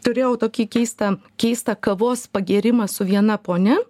turėjau tokį keistą keistą kavos pagėrimą su viena ponia